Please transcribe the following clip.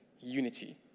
unity